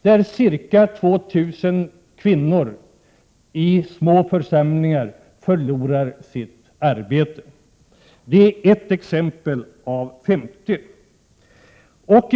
Där föreslås och riksdagen har beslutat att ca 2 000 kvinnor i små församlingar förlorar sina arbeten. Det är ett exempel bland de 50 förslagen.